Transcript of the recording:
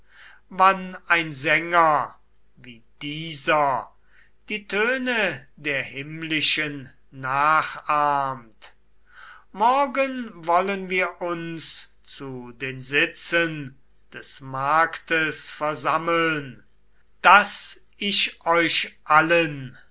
wann ein sänger wie dieser die töne der himmlischen nachahmt morgen wollen wir uns zu den sitzen des marktes versammeln daß ich euch allen